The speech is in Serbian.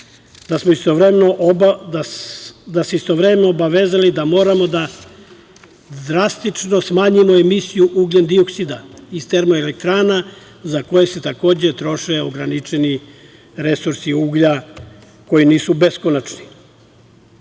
da smo se istovremeno obavezali da moramo da drastično smanjimo emisiju ugljendioksida iz termoelektrana za koje se takođe troše ograničeni resursi uglja koji nisu beskonačni.